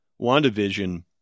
WandaVision